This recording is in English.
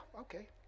okay